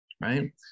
right